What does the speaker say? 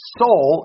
soul